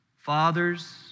Fathers